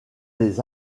les